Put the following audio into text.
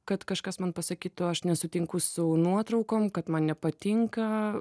kad kažkas man pasakytų aš nesutinku su nuotraukom kad man nepatinka